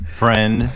friend